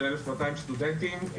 של 1,200 סטודנטים,